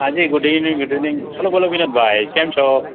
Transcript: હા જી good evening good evening બોલો બોલો વિનોદભાઈ કેમ છો